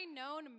known